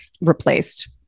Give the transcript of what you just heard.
replaced